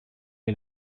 est